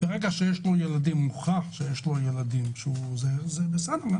ברגע שהוכח שיש לו ילדים אז זה בסדר.